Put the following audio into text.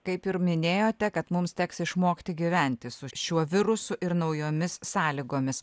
kaip ir minėjote kad mums teks išmokti gyventi su šiuo virusu ir naujomis sąlygomis